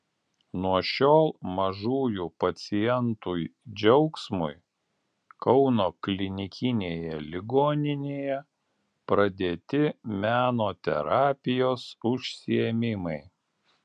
nuo šiol mažųjų pacientui džiaugsmui kauno klinikinėje ligoninėje pradėti meno terapijos užsiėmimai